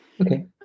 okay